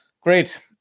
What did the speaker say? great